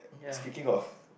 speaking of